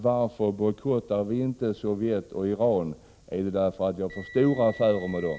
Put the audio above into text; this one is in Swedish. Varför bojkottar vi inte Sovjet och Iran? Är det för att vi har för stora affärer med dem?